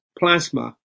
Plasma